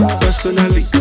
personally